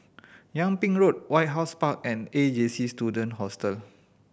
Yung Ping Road White House Park and A J C Student Hostel